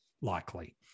likely